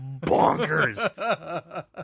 bonkers